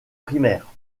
primaire